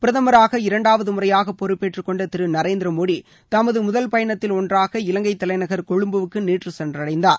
பிரதமராக இரண்டாவது முறையாக பொறுப்பேற்றுக் கொண்ட திரு நரேந்திர மோடி தமது முதல் பயணத்தில் ஒன்றாக இலங்கை தலைநகர் கொழும்புக்கு நேற்று சென்றடைந்தார்